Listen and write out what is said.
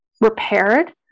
repaired